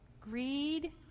greed